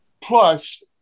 plus